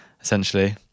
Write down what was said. essentially